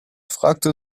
fragte